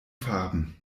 farben